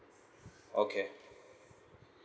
okay